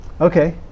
Okay